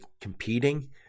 competing